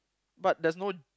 but there's no